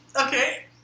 Okay